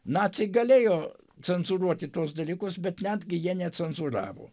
naciai galėjo cenzūruoti tuos dalykus bet netgi jie necenzūravo